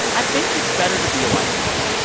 i think it's better to be a white male.